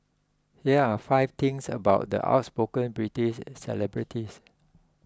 here are five things about the outspoken British celebrity